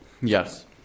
Yes